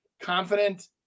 confident